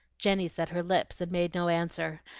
jenny set her lips and made no answer,